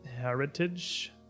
heritage